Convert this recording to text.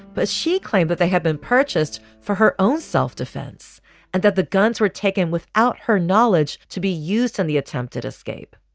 but she claimed that but they had been purchased for her own self-defense and that the guns were taken without her knowledge to be used in the attempted escape.